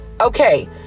Okay